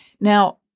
Now